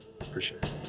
Appreciate